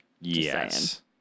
Yes